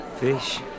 Fish